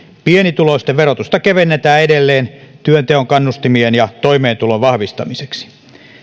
pienituloisten verotusta kevennetään edelleen työnteon kannustimien ja toimeentulon vahvistamiseksi